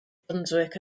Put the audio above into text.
brunswick